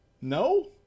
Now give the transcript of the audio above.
No